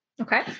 Okay